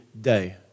day